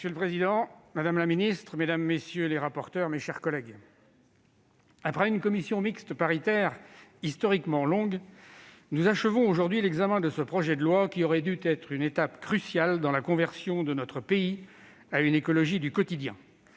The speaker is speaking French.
Monsieur le président, madame la ministre, mes chers collègues, après une commission mixte paritaire historiquement longue, nous achevons aujourd'hui l'examen de ce projet de loi qui aurait dû être une étape cruciale dans la conversion de notre pays à une écologie du quotidien.